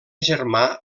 germà